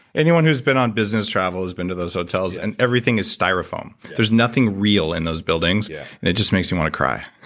anyone who has been on business travel has been to those hotels and everything is styrofoam. there's nothing real in those buildings. yeah and it just makes me want to cry